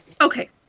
okay